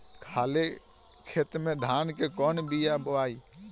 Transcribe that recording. खाले खेत में धान के कौन बीया बोआई?